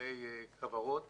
מבעלי כוורות